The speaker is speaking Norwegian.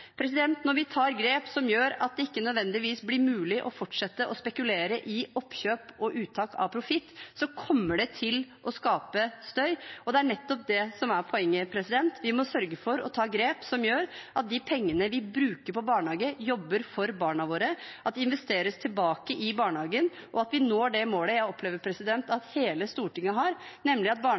Når vi tar grep som gjør at det ikke nødvendigvis blir mulig å fortsette å spekulere i oppkjøp og uttak av profitt, kommer det til å skape støy – og det er nettopp det som er poenget. Vi må sørge for å ta grep som gjør at de pengene vi bruker på barnehage, jobber for barna våre, at de investeres tilbake i barnehagen, og at vi når det målet jeg opplever at hele Stortinget har, nemlig at